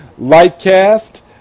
Lightcast